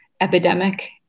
epidemic